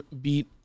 beat